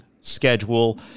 schedule